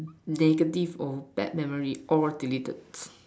negative or bad memories all deleted